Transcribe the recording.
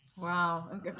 Wow